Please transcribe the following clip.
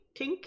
tink